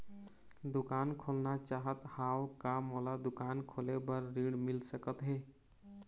दुकान खोलना चाहत हाव, का मोला दुकान खोले बर ऋण मिल सकत हे?